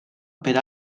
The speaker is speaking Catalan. per